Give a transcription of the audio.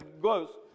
goes